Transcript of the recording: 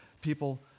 people